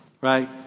right